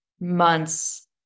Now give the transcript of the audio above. months